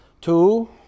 Two